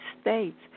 States